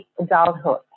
adulthood